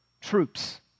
troops